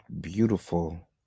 beautiful